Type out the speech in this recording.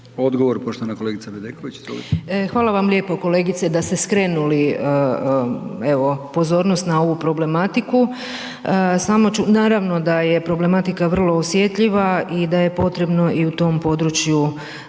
**Bedeković, Vesna (HDZ)** Hvala vam lijepo kolegice da ste skrenuli evo pozornost na ovu problematiku. Samo ću, naravno da je problematika vrlo osjetljiva i da je potrebno i u tom području,